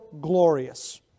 glorious